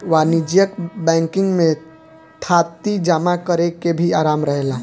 वाणिज्यिक बैंकिंग में थाती जमा करेके भी आराम रहेला